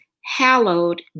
hallowed